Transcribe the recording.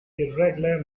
irregular